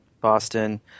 Boston